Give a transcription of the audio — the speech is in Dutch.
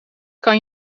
kan